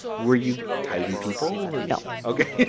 were you tidy, people would know, ok,